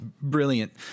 brilliant